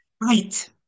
Right